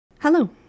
Hello